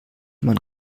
man